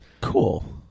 Cool